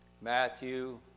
Matthew